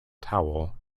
towel